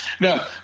No